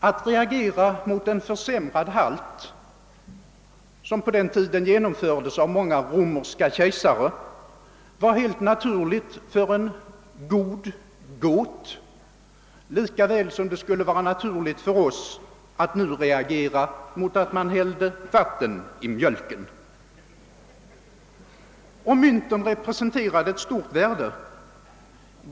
Att reagera mot en försämrad halt, som på den tiden infördes av många romerska kejsare, var helt naturligt för en god got lika väl som det skulle vara naturligt för oss att nu reagera mot att man hällde vatten i mjölken. Och mynten representerade då ett stort värde.